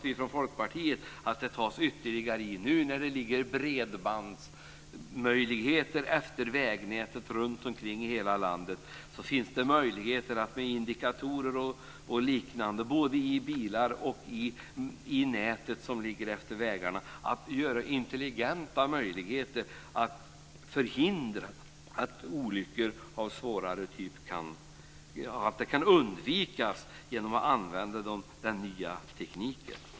Vi från Folkpartiet hoppas att man tar ytterligare tag i det nu, när det ligger bredband utefter vägnätet runtomkring i hela landet. Det finns möjligheter att med indikatorer och liknande i både bilar och nät som ligger utefter vägarna skapa intelligenta vägar för att förhindra olyckor av svårare typ. Det kan undvikas genom att använda den nya tekniken.